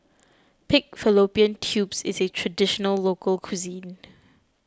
Pig Fallopian Tubes is a Traditional Local Cuisine